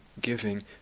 giving